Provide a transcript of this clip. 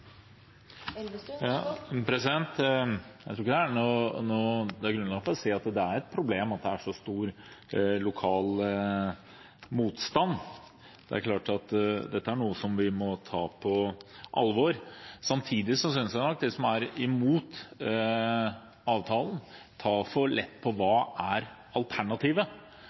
Det er grunnlag for å si at det er et problem at det er så stor lokal motstand. Det et klart at dette er noe som vi må ta på alvor. Samtidig synes jeg nok at de som er imot avtalen, tar for lett på hva alternativet er.